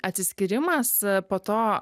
atsiskyrimas po to